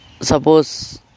Suppose